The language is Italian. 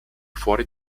fuori